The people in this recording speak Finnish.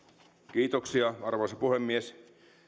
kiitoksia arvoisa puhemies